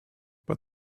but